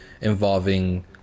involving